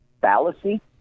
Fallacy